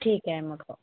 ठीक आहे मग